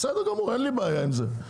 בסדר גמור, אין לי בעיה עם זה.